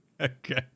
Okay